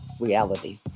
reality